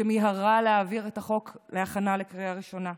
שמיהרה להעביר את החוק בהכנה לקריאה ראשונה.